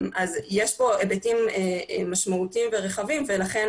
אז יש פה היבטים משמעותיים ורחבים ולכן